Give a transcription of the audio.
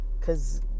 cause